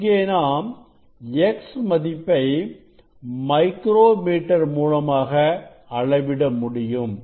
இங்கே நாம் x மதிப்பை மைக்ரோ மீட்டர் மூலமாக அளவிட முடியும்